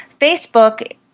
Facebook